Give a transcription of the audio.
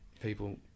people